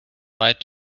right